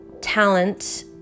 talent